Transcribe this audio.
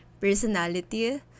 personality